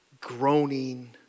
groaning